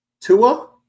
Tua